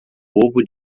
ovo